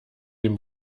dem